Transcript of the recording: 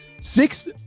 Six